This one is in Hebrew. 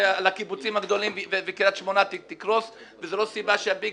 לקיבוצים הגדולים וקרית שמונה תקרוס וזו לא סיבה שה-BIG